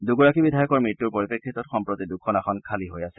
দুগৰাকী বিধায়কৰ মৃত্যূৰ পৰিপ্ৰেক্ষিতত সম্প্ৰতি দুখন আসন খালী হৈ আছে